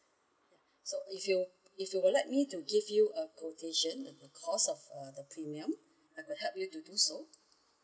so if you if you would like me to give you a quotation cost of uh the premium I could help you to do so